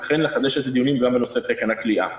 וכן לחדש את הדיונים גם בנושא תקן הכליאה.